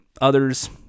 others